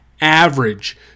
average